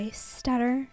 stutter